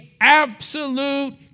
absolute